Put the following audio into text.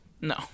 No